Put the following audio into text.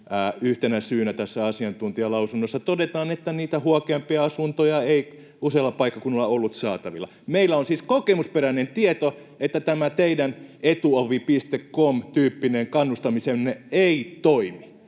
Yhtenä syynä tässä asiantuntijalausunnossa todetaan, että niitä huokeampia asuntoja ei usealla paikkakunnalla ollut saatavilla. Meillä on siis kokemusperäinen tieto, että tämä teidän Etuovi.com-tyyppinen kannustamisenne ei toimi.